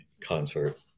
concert